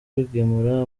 kugemura